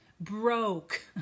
Broke